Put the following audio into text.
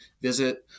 visit